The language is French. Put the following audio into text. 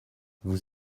vous